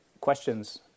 questions